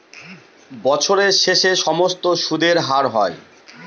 বছরের শেষে সমস্ত সুদের হার হয়